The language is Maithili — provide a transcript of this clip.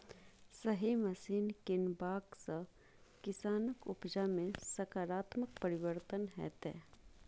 सही मशीन कीनबाक सँ किसानक उपजा मे सकारात्मक परिवर्तन हेतै